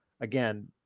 again